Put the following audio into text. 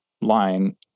line